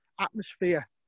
atmosphere